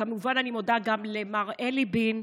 כמובן, אני מודה גם למר אלי בין,